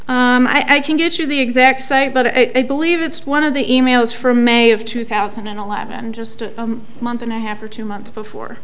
you i can get you the exact say but i believe it's one of the e mails from may of two thousand and eleven just a month and a half or two months before